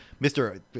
Mr